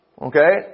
Okay